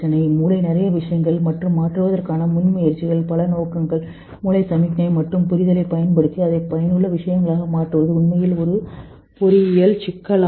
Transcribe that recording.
மூளை நிறைய விஷயங்கள் மற்றும் மாற்றுவதற்கான முன்முயற்சியின் பல நோக்கங்கள் மூளை சமிக்ஞை மற்றும் புரிதலைப் பயன்படுத்தி அதை பயனுள்ள விஷயங்களாக மாற்றுவது உண்மையில் ஒரு பொறியியல் சிக்கலாகும்